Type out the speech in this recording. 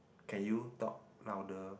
can you talk louder